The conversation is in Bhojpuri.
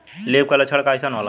लीफ कल लक्षण कइसन होला?